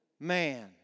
man